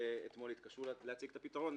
ואתמול התקשו להציג את הפתרון.